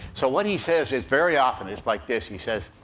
so what he says is, very often, is like this he says,